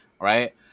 right